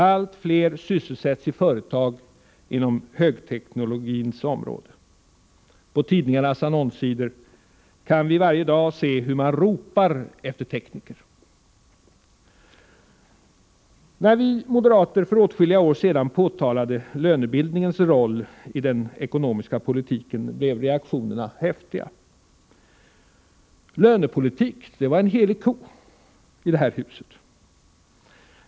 Allt fler sysselsätts i företag inom högteknologins område. På tidningarnas annonssidor kan vi varje dag se hur man ropar efter tekniker. När vi moderater för åtskilliga år sedan påtalade lönebildningens roll i den ekonomiska politiken blev reaktionerna häftiga. Lönepolitik var en helig ko i det här huset.